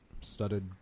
studded